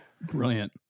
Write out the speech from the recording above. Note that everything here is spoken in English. Brilliant